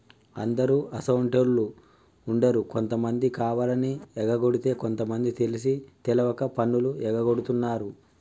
అందరు అసోంటోళ్ళు ఉండరు కొంతమంది కావాలని ఎగకొడితే కొంత మంది తెలిసి తెలవక పన్నులు ఎగగొడుతున్నారు